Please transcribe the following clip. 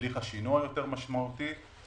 הליך השינוע משמעותי יותר.